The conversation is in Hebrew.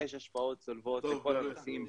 יש השפעות צולבות לכל הנושאים,